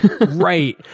Right